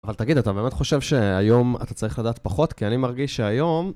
אבל תגיד, אתה באמת חושב שהיום אתה צריך לדעת פחות? כי אני מרגיש שהיום...